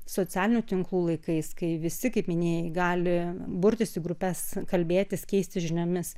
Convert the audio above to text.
socialinių tinklų laikais kai visi kaip minėjai gali burtis į grupes kalbėtis keistis žiniomis